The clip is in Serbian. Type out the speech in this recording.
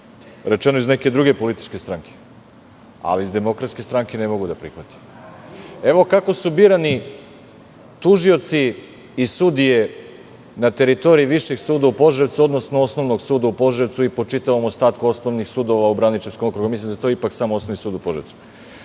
rečeno iz neke druge političke stranke, ali iz DS ne mogu da prihvatim. Evo, kako su birani tužioci i sudije na teritoriji Višeg suda u Požarevcu, odnosno Osnovnog suda u Požarevcu i po čitavom ostatku osnovnih sudova u Braničevskom okrugu. Mislim da je to ipak samo Osnovni sud u Požarevcu.